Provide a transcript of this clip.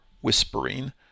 whispering